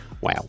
Wow